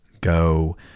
go